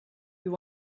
you